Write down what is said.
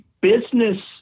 business